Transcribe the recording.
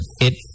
it